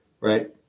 right